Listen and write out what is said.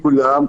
שלום לכולם,